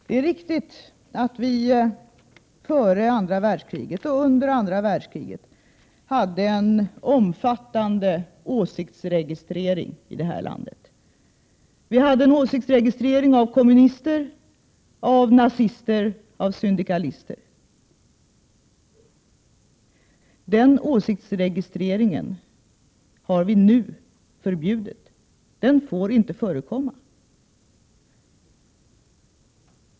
Det är riktigt att vi i det här landet före och under andra världskriget hade en omfattande åsiktsregistrering. Vi hade en åsiktsregistrering av kommunister, nazister och syndikalister. Den åsiktsregistreringen har vi nu förbjudit. Den får alltså inte förekomma.